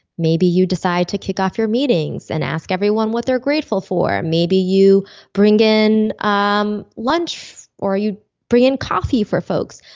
maybe you decide to kick off your meetings and ask everyone what they're grateful for. maybe you bring in um lunch or or you bring in coffee for folks.